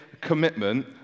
commitment